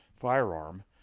firearm